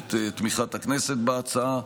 ומבקשת את תמיכת הכנסת בהצעה,